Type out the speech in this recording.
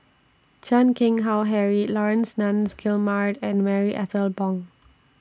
Chan Keng Howe Harry Laurence Nunns Guillemard and Marie Ethel Bong